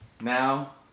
now